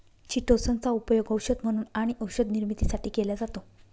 chitosan चा उपयोग औषध म्हणून आणि औषध निर्मितीसाठी केला जातो